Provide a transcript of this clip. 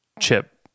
Chip